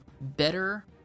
better